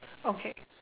okay